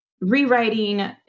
rewriting